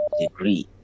degree